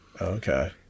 Okay